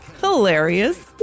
Hilarious